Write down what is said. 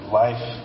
life